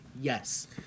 Yes